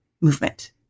movement